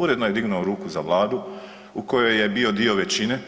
Uredno je dignuo ruku za Vladu u kojoj je bio dio većine